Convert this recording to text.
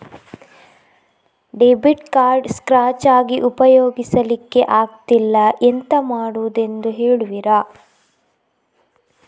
Debit card scratch ಆಗಿ ಉಪಯೋಗಿಸಲ್ಲಿಕ್ಕೆ ಆಗ್ತಿಲ್ಲ, ಎಂತ ಮಾಡುದೆಂದು ಹೇಳುವಿರಾ?